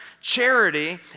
charity